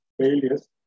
failures